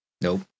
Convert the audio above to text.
Nope